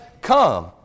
come